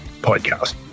Podcast